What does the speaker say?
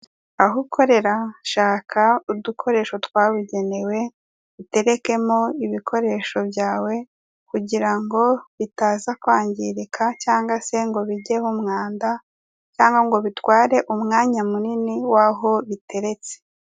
Aho ukorera, shaka udukoresho twabugenewe, uterekemo ibikoresho byawe, kugira ngo bitaza kwangirika cyangwa se ngo bijyeho umwanda, cyangwa ngo bitware umwanya munini w'aho biteretse.